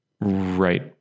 Right